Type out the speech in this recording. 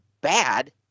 bad